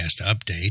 update